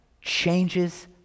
changes